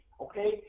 Okay